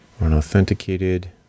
unauthenticated